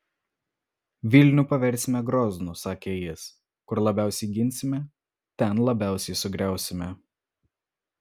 vilnių paversime groznu sakė jis kur labiausiai ginsime ten labiausiai sugriausime